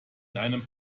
einem